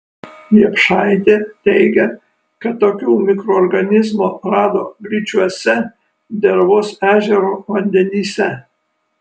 riepšaitė teigia kad tokių mikroorganizmų rado gličiuose dervos ežero vandenyse